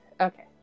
Okay